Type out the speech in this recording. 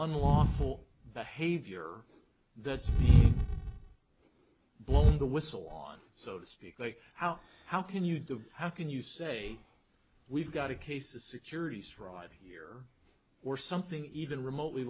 unlawful behavior that's blown the whistle on so to speak like how how can you do how can you say we've got a case a securities fraud here or something even remotely